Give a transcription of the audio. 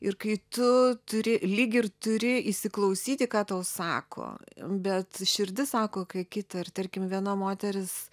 ir kai tu turi lyg ir turi įsiklausyti ką tau sako bet širdis sako ką kita ir tarkim viena moteris